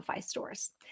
stores